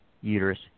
uterus